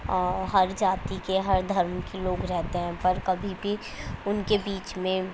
ہر جاتی کے ہر دھرم کے لوگ رہتے ہیں پر کبھی بھی ان کے بیچ میں